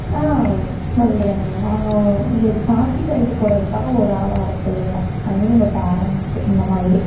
ஆ சொல்கிறேங்க நாங்கள் உங்களுக்கு சாட்சி கையெழுத்து போடுறதுக்காக ஒரு ஆளை வர சொல்லுவோம் ஐ மீன் உங்கள் பேரண்ட்ஸ் இந்த மாதிரி